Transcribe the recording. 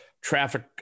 traffic